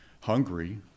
Hungary